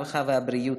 הרווחה והבריאות.